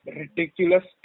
ridiculous